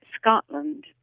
Scotland